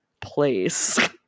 place